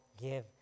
give